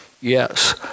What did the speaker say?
Yes